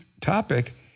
topic